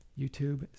YouTube